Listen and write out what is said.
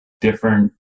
different